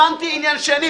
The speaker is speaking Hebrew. הבנתי עניין שני.